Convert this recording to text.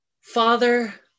Father